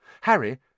Harry